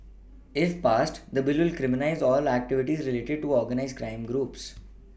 if passed the Bill will criminalise all activities related to organised crime groups